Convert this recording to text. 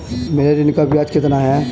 मेरे ऋण का ब्याज कितना है?